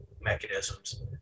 mechanisms